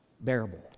bearable